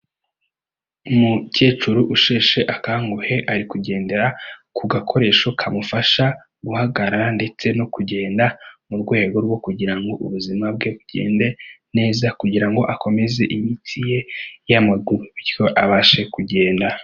Umukecuru usheshe akanguhe ari kugendera ku gakoresho kamufasha guhagarara, ndetse no kugenda mu rwego rwo kugira ngo ubuzima bwe bugende neza, kugira ngo akomeze imitsi ye y'amaguru, bityo abashe kugenda.